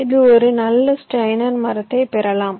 இதில் ஒரு நல்ல ஸ்டெய்னர் மரத்தைப் பெறலாம்